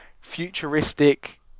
futuristic